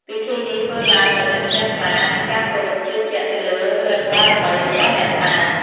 ពិធីនេះធ្វើឡើងដោយចិត្តជ្រះថ្លា និងការគោរពជឿជាក់ទៅលើឫទ្ធិបារមីរបស់អ្នកតា។